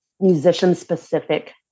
musician-specific